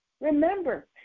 remember